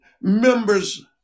members